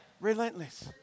Relentless